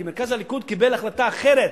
כי מרכז הליכוד קיבל החלטה אחרת.